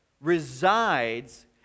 resides